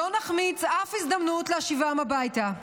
לא נחמיץ אף הזדמנות להשיבם הביתה,